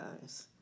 guys